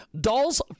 Dolls